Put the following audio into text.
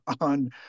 on